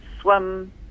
swim